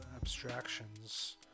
Abstractions